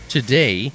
Today